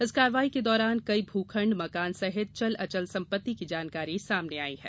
इस कार्यवाही के दौरान कई भूखण्ड मकान सहित चल अचल संपित्त की जानकारी सामने आई है